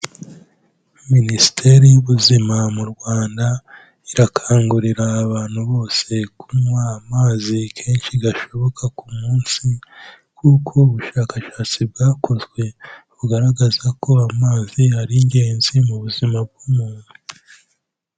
Minisiteri y'ubuzima mu Rwanda irakangurira abantu bose kunywa amazi kenshi gashoboka ku munsi, kuko ubushakashatsi bwakozwe bugaragaza ko amazi ari ingenzi mu buzima bw'umuntu.